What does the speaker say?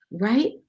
right